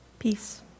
Peace